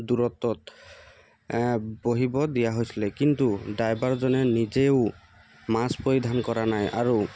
দূৰত্বত বহিব দিয়া হৈছিলে কিন্তু ড্ৰাইভাৰজনে নিজেও মাস্ক পৰিধান কৰা নাই আৰু